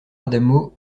adamo